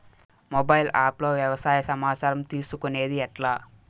Mobile app లో వ్యవసాయ సమాచారం తీసుకొనేది ఎట్లా?